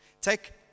Take